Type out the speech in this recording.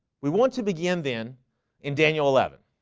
we want to begin then in daniel eleven,